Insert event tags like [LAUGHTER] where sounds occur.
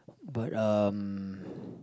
but um [BREATH]